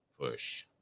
push